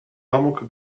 amok